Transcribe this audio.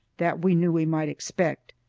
that we knew we might expect.